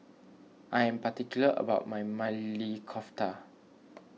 I am particular about my Maili Kofta